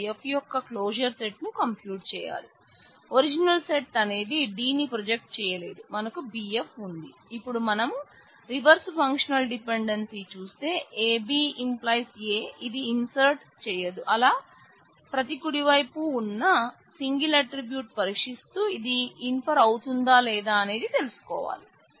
మనం F యొక్క closure set చూస్తే AB → A ఇది ఇన్ఫర్ చేయదు అలా ప్రతి కుడివైపు ఉన్న సింగిల్ ఆట్రిబ్యూట్ను పరీక్షిస్తూ అది ఇన్ఫర్ అవుతుందా లేదా అనేది తెలుసుకోవాలి